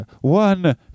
One